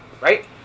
Right